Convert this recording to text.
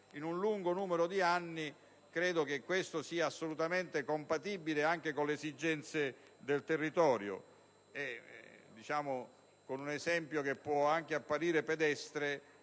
in un lungo arco temporale, credo che questo sia assolutamente compatibile con le esigenze del territorio. Con un esempio che può apparire pedestre,